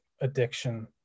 addiction